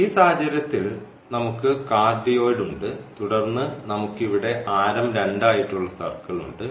ഈ സാഹചര്യത്തിൽ നമുക്ക് കാർഡിയോയിഡ് ഉണ്ട് തുടർന്ന് നമുക്ക് ഇവിടെ ആരം 2 ആയിട്ടുള്ള സർക്കിൾ ഉണ്ട്